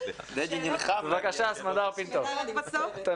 סוגיה נוספת,